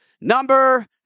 number